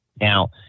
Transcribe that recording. Now